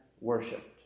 worshipped